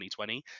2020